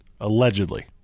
Allegedly